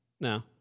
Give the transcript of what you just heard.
No